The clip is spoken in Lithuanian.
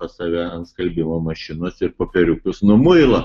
pas save ant skalbimo mašinos ir popieriukus nuo muilo